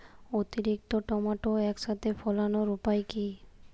অতিরিক্ত টমেটো একসাথে ফলানোর উপায় কী?